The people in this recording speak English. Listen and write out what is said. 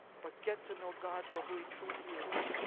but get to know god for who he truly is.